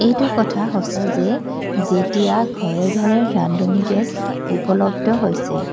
এইটো কথা সঁচা যে যেতিয়া ঘৰে ঘৰে ৰান্ধনি গেছ উপলব্ধ হৈছে